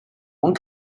one